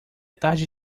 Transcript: tarde